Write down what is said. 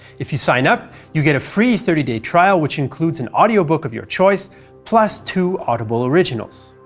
if you sign up, you get a free thirty day trial which includes an audiobook of your choice plus two audible originals.